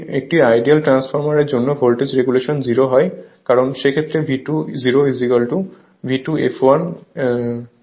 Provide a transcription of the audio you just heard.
একটি আইডিয়াল ট্রান্সফরমারের জন্য ভোল্টেজ রেগুলেশন 0 হয় কারণ সে ক্ষেত্রে V2 0 V2 fl মান একই জিনিস